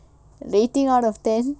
rating out of ten